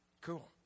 Cool